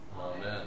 Amen